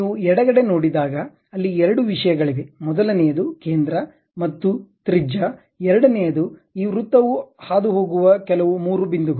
ನೀವು ಎಡಗಡೆ ನೋಡಿದಾಗ ಅಲ್ಲಿ ಎರಡು ವಿಷಯಗಳಿವೆ ಮೊದಲನೆಯದು ಕೇಂದ್ರ ಮತ್ತು ತ್ರಿಜ್ಯ ಎರಡನೆಯದು ಈ ವೃತ್ತವು ಹಾದುಹೋಗುವ ಕೆಲವು ಮೂರು ಬಿಂದುಗಳು